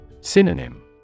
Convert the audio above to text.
Synonym